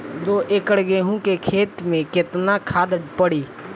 दो एकड़ गेहूँ के खेत मे केतना खाद पड़ी?